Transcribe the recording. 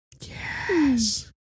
Yes